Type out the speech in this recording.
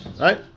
Right